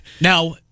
Now